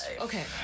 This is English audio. Okay